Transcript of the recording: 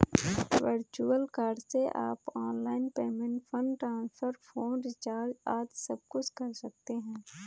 virtual card से आप online payment, fund transfer, phone recharge आदि सबकुछ कर सकते हैं